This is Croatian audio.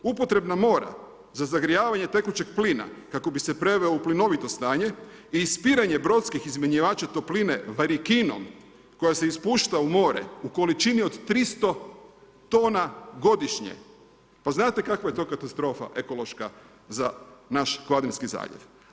Upotrebna mora za zagrijavanje tekućeg plina kako bi se preveo u plinovito stanje i ispiranje brodskih izmjenjivača topline varikinom koja se ispušta u more u količini od 300 tona godišnje, pa znate kakva je to katastrofa ekološka za naš … zaljev?